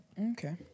Okay